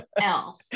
else